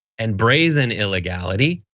and brazen illegality.